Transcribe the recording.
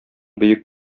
бөек